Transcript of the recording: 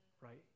right